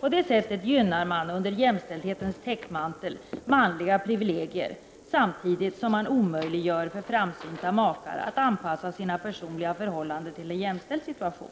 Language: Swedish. På det sättet gynnar man under jämställdhetens täckmantel manliga privilegier samtidigt som man omöjliggör för framsynta makar att anpassa sina personliga förhållanden till en jämställd situation.